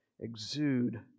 exude